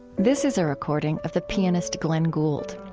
this is a recording of the pianist glenn gould.